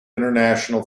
international